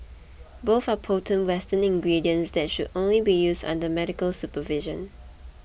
both are potent western ingredients that should only be used under medical supervision